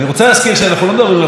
אנחנו מדברים על תיקון לחוק הקולנוע.